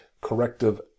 corrective